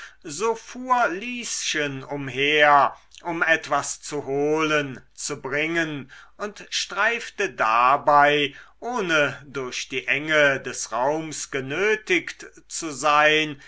so fuhr lieschen umher um etwas zu holen zu bringen und streifte dabei ohne durch die enge des raums genötigt zu sein